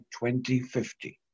2050